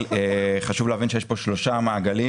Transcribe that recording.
אבל חשוב להבין שיש פה שחושה מעגלים: